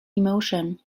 emotion